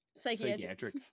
Psychiatric